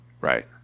right